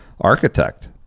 architect